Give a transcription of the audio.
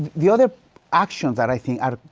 the other actions that i think are,